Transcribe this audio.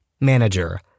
Manager